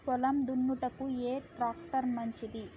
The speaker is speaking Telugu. పొలం దున్నుటకు ఏ ట్రాక్టర్ మంచిది?